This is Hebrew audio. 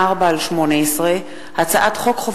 פ/2984/18 וכלה בהצעת חוק פ/3022/18,